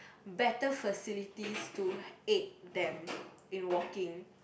better facilities to aid them in walking